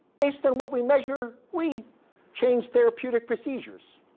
based on what we measure, we change therapeutic procedures.